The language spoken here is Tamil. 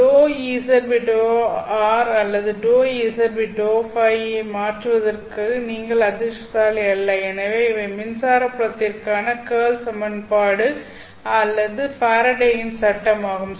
∂Ez ∂r அல்லது ∂Ez ∂Ø ஐ மாற்றுவதற்கு நீங்கள் அதிர்ஷ்டசாலி அல்ல எனவே இவை மின்சார புலத்திற்கான கேர்ள் சமன்பாடு அல்லது ஃபாரடேயின் Faraday's சட்டம் ஆகும்